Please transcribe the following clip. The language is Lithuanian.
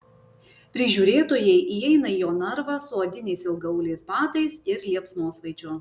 prižiūrėtojai įeina į jo narvą su odiniais ilgaauliais batais ir liepsnosvaidžiu